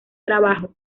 trabajo